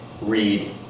read